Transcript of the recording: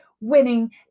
winning